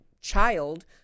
child